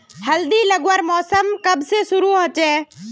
हल्दी लगवार मौसम कब से शुरू होचए?